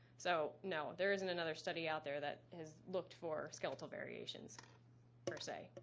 so, no, there isn't another study out there that has looked for skeletal variations per se.